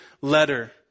letter